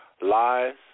lies